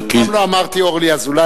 אף פעם לא אמרתי אורלי אזולאי.